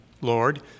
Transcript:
Lord